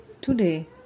today